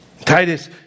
Titus